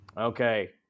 Okay